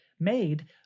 made